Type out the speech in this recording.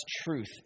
truth